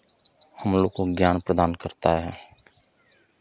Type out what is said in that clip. हमलोग को ज्ञान प्रदान करता है